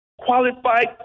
qualified